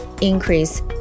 increase